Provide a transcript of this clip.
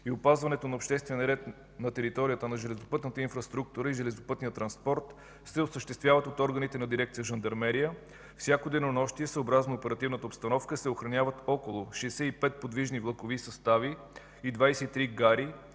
и опазването на обществения ред на територията на железопътната инфраструктура и железопътния транспорт се осъществяват от органите на дирекция „Жандармерия”. Всяко денонощие съобразно оперативната обстановка се охраняват около 65 подвижни влакови състави и 23 гари,